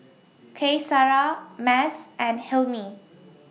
Qaisara Mas and Hilmi